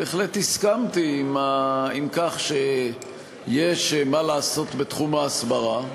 בהחלט הסכמתי עם כך שיש מה לעשות בתחום ההסברה.